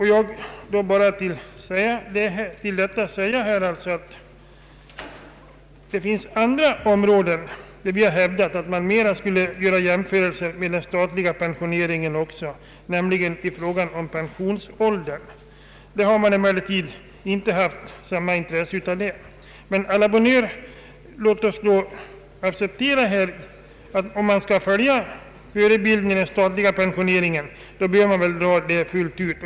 Till detta vill jag bara säga, att det finns andra områden, där vi har hävdat jämförelsen med den statliga pensioneringen, nämligen i fråga om pensionsåldern. Där har man emellertid inte haft samma intresse av en sådan jämförelse. Skall man följa förebilden den statliga pensioneringen, bör man göra det fullt ut.